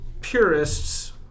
purists